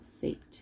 fate